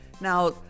Now